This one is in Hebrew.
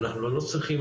אנחנו לא צריכים